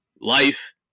life